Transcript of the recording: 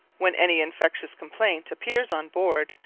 when any infectious complaint appears on board,